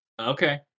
Okay